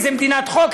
איזו מדינת חוק?